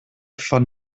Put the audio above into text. von